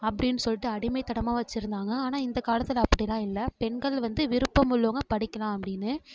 அப்படின் சொல்லிட்டு அடிமைத்தனமாக வெச்சுருந்தாங்க ஆனால் இந்த காலத்தில் அப்படிலாம் இல்லை பெண்கள் வந்து விருப்பம் உள்ளவங்க படிக்கலாம் அப்படின்னு